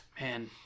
man